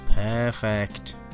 Perfect